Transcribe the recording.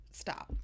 stop